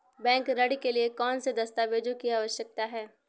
Bank ऋण के लिए कौन से दस्तावेजों की आवश्यकता है?